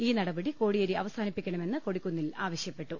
ഈ നടപടി കോടിയേരി അവസാനിപ്പിക്കണമെന്ന് കൊടിക്കുന്നിൽ ആവശ്യപ്പെട്ടു